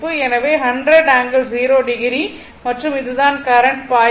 எனவே 100 ∠0o மற்றும் இதுதான் கரண்ட் பாய்கிறது